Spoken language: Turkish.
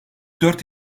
dört